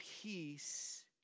peace